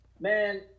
Man